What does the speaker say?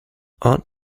aunt